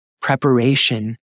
Preparation